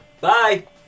Bye